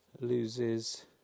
loses